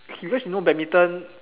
k because you know badminton